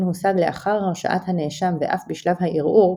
הושג לאחר הרשעת הנאשם ואף בשלב הערעור,